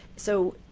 so,